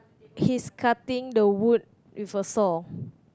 he's cutting the wood with a saw